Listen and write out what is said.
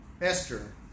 Esther